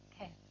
Okay